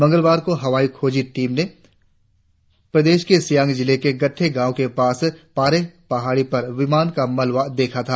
मंगलवार को हवाई खोजी टीम ने प्रदेश के सियांग जिले में गत्ते गांव के पास पारे पहाड़ी पर विमान का मलवा देखा था